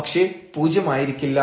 പക്ഷേ പൂജ്യമായിരിക്കില്ല